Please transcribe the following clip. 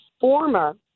former